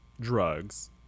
drugs